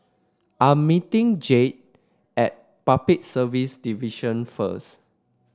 I'm meeting Jed at Public Service Division first